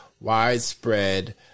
widespread